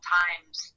times